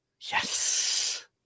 Yes